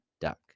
duck